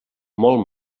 molt